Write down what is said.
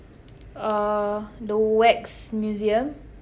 uh the wax museum